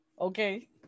okay